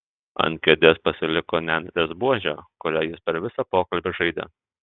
ant kėdės pasiliko nendrės buožė kuria jis per visą pokalbį žaidė